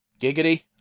Giggity